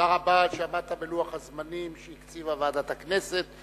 תודה רבה על שעמדת בלוח הזמנים שהקציבה ועדת הכנסת.